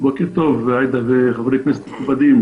בוקר טוב, עאידה וחברי הכנסת המכובדים.